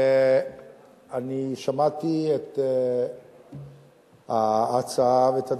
אני שמעתי את ההצעה ואת הדברים,